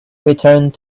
returned